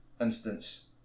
instance